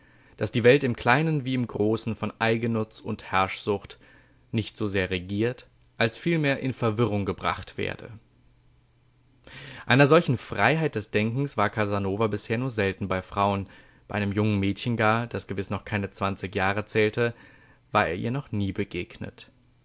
daß die welt im kleinen wie im großen von eigennutz und herrschsucht nicht so sehr regiert als vielmehr in verwirrung gebracht werde einer solchen freiheit des denkens war casanova bisher nur selten bei frauen bei einem jungen mädchen gar das gewiß noch keine zwanzig jahre zählte war er ihr noch nie begegnet